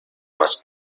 más